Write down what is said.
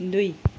दुई